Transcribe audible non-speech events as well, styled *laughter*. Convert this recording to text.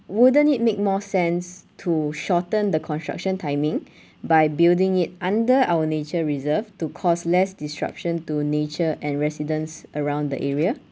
wouldn't it make more sense to shorten the construction timing *breath* by building it under our nature reserve to cause less disruption to nature and residence around the area